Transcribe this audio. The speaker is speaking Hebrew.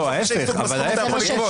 לא, ההפך, ההפך.